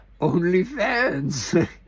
OnlyFans